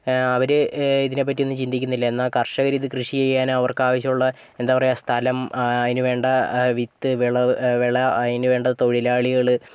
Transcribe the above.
അവർ ഇതിനെ പറ്റിയൊന്നും ചിന്തിക്കുന്നില്ല എന്നാൽ കർഷകരിത് കൃഷി ചെയ്യാനോ അവർക്കാവശ്യമുള്ള എന്താ പറയാ സ്ഥലം അതിനുവേണ്ട വിത്ത് വിളവ് വെള അതിനുവേണ്ട തൊഴിലാളികൾ